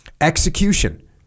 Execution